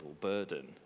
burden